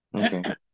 Okay